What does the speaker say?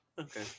Okay